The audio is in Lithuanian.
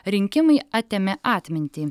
rinkimai atėmė atmintį